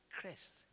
crest